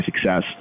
success